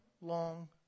long